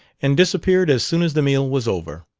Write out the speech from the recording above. and disappeared as soon as the meal was over.